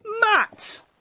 Matt